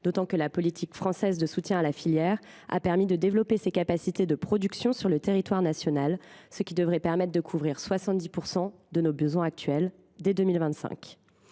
Dunkerque. La politique française de soutien à la filière a permis de développer ses capacités de production sur le territoire national, ce qui devrait permettre de couvrir 70 % de nos besoins actuels dès 2025.